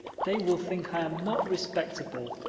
they will think i am not respectable.